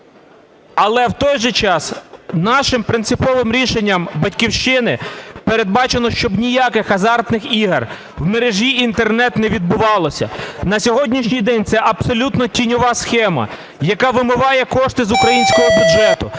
Але в той же час, нашим принциповим рішенням "Батьківщини" передбачено, щоб ніяких азартних ігор в мережі Інтернет не відбувалося. На сьогоднішній день це абсолютно тіньова схема, яка вимиває кошти з українського бюджету,